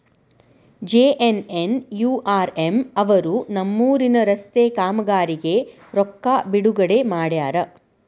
JNNURM ಅವರು ನಮ್ಮೂರಿನ ರಸ್ತೆ ಕಾಮಗಾರಿಗೆ ರೊಕ್ಕಾ ಬಿಡುಗಡೆ ಮಾಡ್ಯಾರ